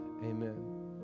Amen